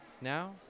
Now